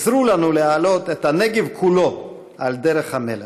עזרו לנו להעלות את הנגב כולו על דרך המלך.